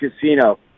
Casino